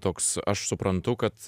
toks aš suprantu kad